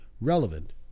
relevant